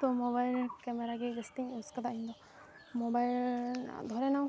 ᱛᱚ mobile camera ᱜᱮ ᱡᱟᱹᱥᱛᱤᱧ ᱤᱭᱩᱡᱽ ᱠᱟᱫᱟ ᱤᱧ ᱫᱚ ᱢᱳᱵᱟᱭᱤᱞ ᱫᱷᱚᱨᱮᱱᱟᱣ